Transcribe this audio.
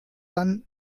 dann